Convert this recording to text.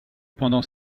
pendant